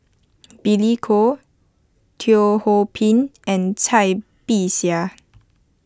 Billy Koh Teo Ho Pin and Cai Bixia